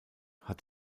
hat